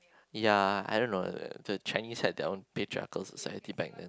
ya I don't know the Chinese have their own patriarchal society back then